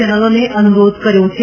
ચેનલોને અનુરોધ કર્યો છે